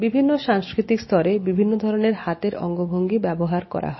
বিভিন্ন সাংস্কৃতিক স্তরে বিভিন্ন ধরনের হাতের অঙ্গভঙ্গি ব্যবহার হয়